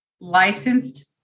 licensed